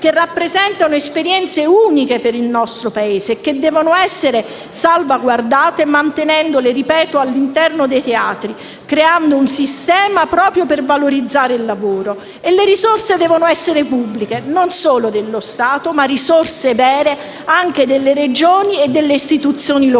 che rappresentano esperienze uniche per il nostro Paese e che devono essere salvaguardate mantenendole - ripeto - all'interno dei teatri, creando un sistema proprio per valorizzare il lavoro. Le risorse devono essere pubbliche e non solo dello Stato: servono risorse vere delle Regioni e degli enti locali.